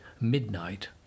midnight